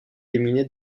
éliminé